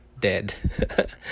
dead